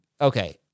okay